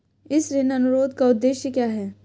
इस ऋण अनुरोध का उद्देश्य क्या है?